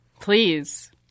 Please